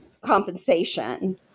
compensation